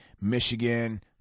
Michigan